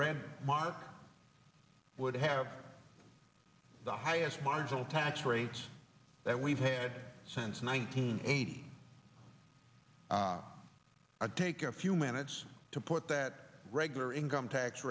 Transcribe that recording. rand mark would have the highest marginal tax rates that we've had since nineteen eighty i take a few minutes to put that regular income tax